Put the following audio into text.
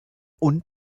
und